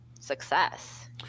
success